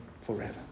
forever